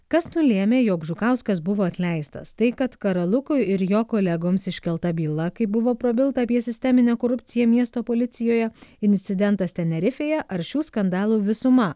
kas nulėmė jog žukauskas buvo atleistas tai kad karalukui ir jo kolegoms iškelta byla kai buvo prabilta apie sisteminę korupciją miesto policijoje incidentas tenerifėje ar šių skandalų visuma